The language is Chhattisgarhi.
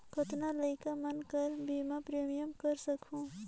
कतना लइका मन कर बीमा प्रीमियम करा सकहुं?